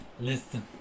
Listen